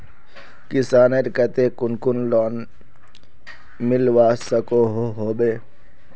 किसानेर केते कुन कुन लोन मिलवा सकोहो होबे?